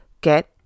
get